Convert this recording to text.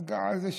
אז גם על זה שאפו.